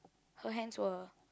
her hands were